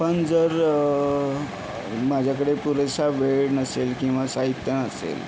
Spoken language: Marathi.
पण जर माझ्याकडे पुरेसा वेळ नसेल किंवा साहित्य नसेल